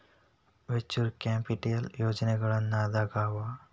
venture capital ಪ್ರಯೋಜನಗಳೇನಾದವ